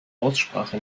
aussprache